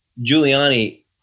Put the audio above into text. Giuliani